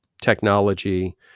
technology